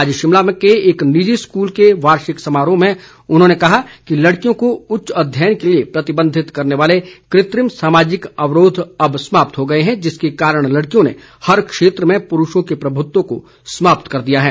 आज शिमला के एक निजी स्कूल के वार्षिक समारोह में उन्होंने कहा कि लड़कियों को उच्च अध्ययन के लिए प्रतिबंधित करने वाले कृत्रिम सामाजिक अवरोध अब समाप्त हो गए हैं जिसके कारण लड़कियों ने हर क्षेत्र में पुरूषों के प्रभुत्व को समाप्त कर दिया है